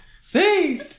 See